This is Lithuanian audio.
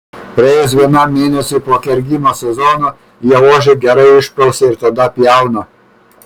praėjus vienam mėnesiui po kergimo sezono jie ožį gerai išprausia ir tada pjauna